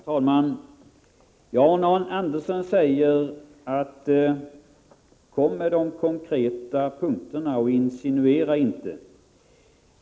Herr talman! Arne Andersson i Ljung uppmanade mig att ta upp de konkreta punkterna och att inte insinuera.